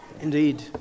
Indeed